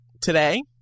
Today